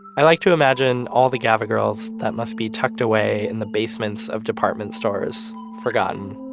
i like to imagine all the gaba girls that must be tucked away in the basements of department stores, forgotten,